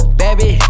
baby